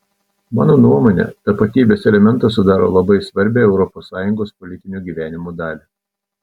mano nuomone tapatybės elementas sudaro labai svarbią europos sąjungos politinio gyvenimo dalį